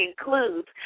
includes